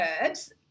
herbs